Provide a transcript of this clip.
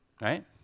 Right